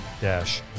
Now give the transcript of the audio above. dash